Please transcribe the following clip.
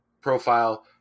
profile